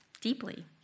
deeply